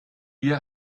ihr